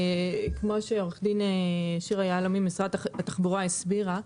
כמו שעורכת דין שירה יהלומי ממשרד התחבורה הסבירה,